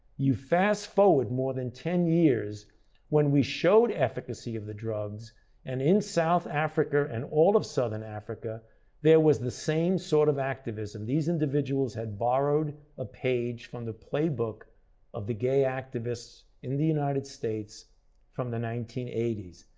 you fast-forward more than ten years when we showed efficacy of the drugs and in south africa and all of southern africa there was the same sort of activism, these individuals had borrowed a page from the playbook of the gay activists in the united states from the nineteen eighty s.